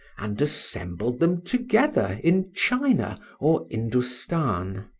and assembled them together in china or indostan.